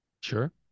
Sure